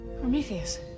Prometheus